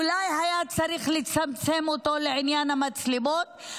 אולי היה צריך לצמצם אותו לעניין המצלמות,